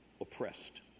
oppressed